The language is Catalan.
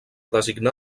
designar